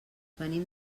venim